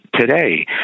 today